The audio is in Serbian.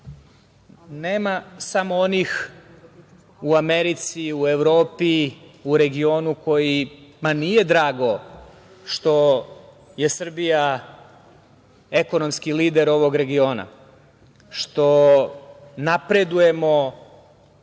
nema samo onih u Americi, u Evropi, u regionu kojima nije drago što je Srbija ekonomski lider ovog regiona, što napredujemo